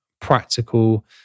practical